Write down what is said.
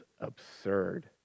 absurd